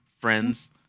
Friends